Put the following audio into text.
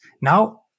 Now